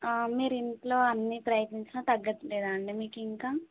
మీరు ఇంట్లో అన్నీ ట్రై చేసిన తగ్గట్లేదా అండి మీకు ఇంకా